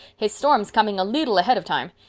his storm's coming a leetle ahead of time.